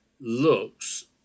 looks